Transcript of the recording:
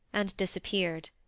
and disappeared.